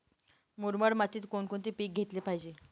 मुरमाड मातीत कोणकोणते पीक घेतले पाहिजे?